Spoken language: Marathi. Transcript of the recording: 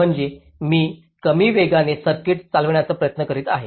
म्हणजे मी कमी वेगाने सर्किट चालवण्याचा प्रयत्न करीत आहे